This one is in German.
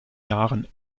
jahren